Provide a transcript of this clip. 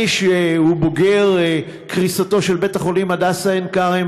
אני בוגר קריסתו של בית-החולים "הדסה עין-כרם",